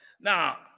Now